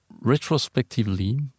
Retrospectively